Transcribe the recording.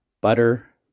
Butter